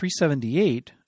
378